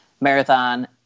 marathon